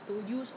maybe